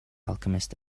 alchemist